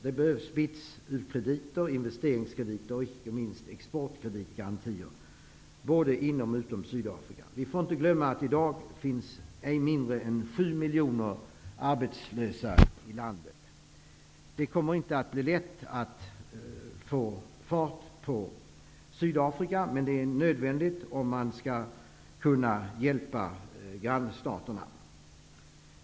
Det behövs u-krediter från BITS, investeringskrediter och icke minst exportkreditgarantier, både inom och utom Sydafrika. Vi får inte glömma att det i dag finns inte mindre än 7 miljoner arbetslösa i landet. Det kommer inte att bli lätt att få fart på Sydafrika, men det är nödvändigt om man skall kunna hjälpa grannstaterna.